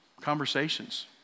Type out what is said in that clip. conversations